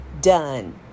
done